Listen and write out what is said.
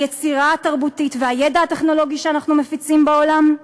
היצירה התרבותית והידע הטכנולוגי שאנחנו מפיצים בעולם?